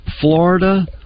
Florida